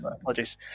apologies